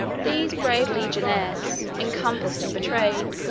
these brave legionaries, encompassed and betrayed,